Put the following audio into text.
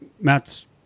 Matt's